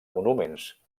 monuments